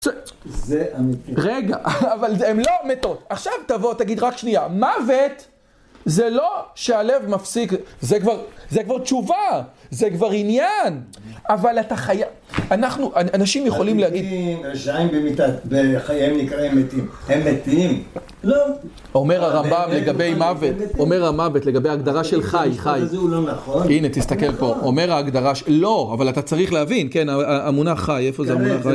זה אמיתי. רגע, אבל הן לא מתות. עכשיו תבוא, תגיד רק שנייה. מוות, זה לא שהלב מפסיק. זה כבר - זה כבר תשובה. זה כבר עניין. אבל אתה חייב... אנחנו, אנשים יכולים להגיד... הם מתים, רשעים, במיתתם... בחייהם נקרא מתים. הם מתים? לא. אומר הרמב"ם לגבי מוות. אומר המוות לגבי הגדרה של חי. חי. הנה, תסתכל פה. אומר ההגדרה של... לא, אבל אתה צריך להבין. כן, המונח חי, איפה זה המונח חי?